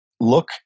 Look